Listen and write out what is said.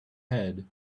head